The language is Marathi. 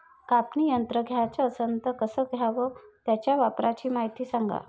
कापनी यंत्र घ्याचं असन त कस घ्याव? त्याच्या वापराची मायती सांगा